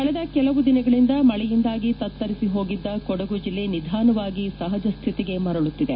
ಕಳೆದ ಕೆಲವು ದಿನಗಳಿಂದ ಮಳೆಯಿಂದಾಗಿ ತತ್ತರಿಸಿ ಹೋಗಿದ್ದ ಕೊಡುಗು ಜಿಲ್ಲೆ ನಿಧಾನವಾಗಿ ಸಹಜಸ್ಟಿತಿಗೆ ಮರಳುತ್ತಿದೆ